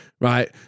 right